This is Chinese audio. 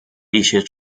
一些